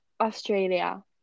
Australia